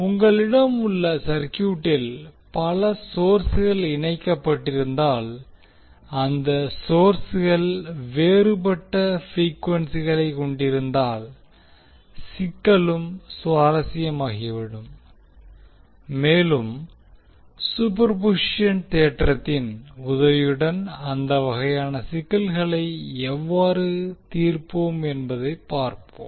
உங்களிடம் உள்ள சர்க்யூட்டில் பல சோர்ஸ்கள் இணைக்கப்பட்டிருந்தால் அந்த சோர்ஸ்கள் வேறுபட்ட ப்ரீக்வென்சிகளை கொண்டிருந்தால் சிக்கலும் சுவாரஸ்யமாகிவிடும் மேலும் சூப்பர்பொசிஷன் தேற்றத்தின் உதவியுடன் அந்த வகையான சிக்கல்களை எவ்வாறு தீர்ப்போம் என்பதைப் பார்ப்போம்